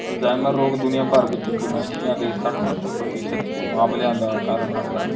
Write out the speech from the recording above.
Alzheimer ਰੋਗ ਦੁਨੀਆ ਭਰ ਵਿੱਚ ਡਿਮੈਂਸ਼ੀਆ ਦੇ ਸੱਠ ਸੱਤਰ ਪ੍ਰਤੀਸ਼ਤ ਮਾਮਲਿਆਂ ਦਾ ਕਾਰਨ ਬਣਦਾ ਹੈ